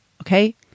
Okay